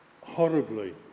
horribly